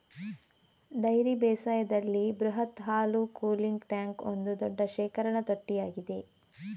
dairy ಬೇಸಾಯದಲ್ಲಿ ಬೃಹತ್ ಹಾಲು ಕೂಲಿಂಗ್ ಟ್ಯಾಂಕ್ ಒಂದು ದೊಡ್ಡ ಶೇಖರಣಾ ತೊಟ್ಟಿಯಾಗಿದೆ